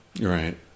right